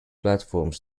platforms